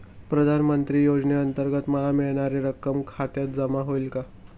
प्रधानमंत्री योजनेअंतर्गत मला मिळणारी रक्कम खात्यात जमा होईल का?